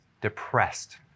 depressed